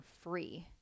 free